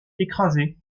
écrasé